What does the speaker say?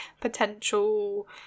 potential